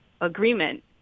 agreement